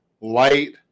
light